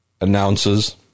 announces